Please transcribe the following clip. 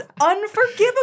Unforgivable